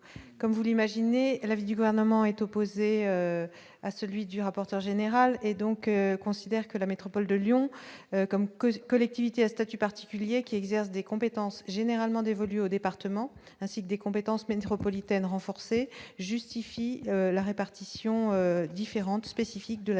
Comme vous l'imaginez l'avis du gouvernement, est opposé à celui du rapporteur général et donc, considère que la métropole de Lyon comme cause collectivités à statut particulier qui exerce des compétences généralement dévolues aux départements, ainsi que des compétences métropolitaines renforcées justifie la répartition différente spécifique de la CDM donc